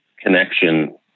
connection